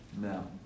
No